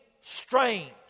strange